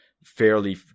fairly